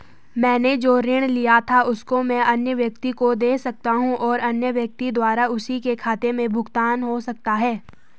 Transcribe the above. मैंने जो ऋण लिया था उसको मैं अन्य व्यक्ति को दें सकता हूँ और अन्य व्यक्ति द्वारा उसी के खाते से भुगतान हो सकता है?